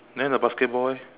then the basketball eh